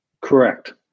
Correct